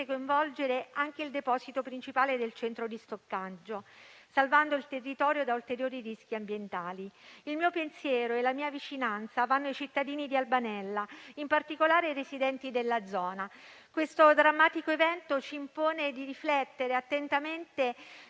coinvolgere anche il deposito principale del centro di stoccaggio, salvando il territorio da ulteriori rischi ambientali. Il mio pensiero e la mia vicinanza vanno ai cittadini di Albanella, in particolare ai residenti della zona. Questo drammatico evento ci impone di riflettere attentamente